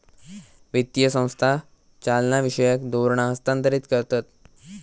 वित्तीय संस्था चालनाविषयक धोरणा हस्थांतरीत करतत